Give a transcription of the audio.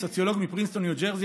סוציולוג מפרינסטון בניו ג'רזי,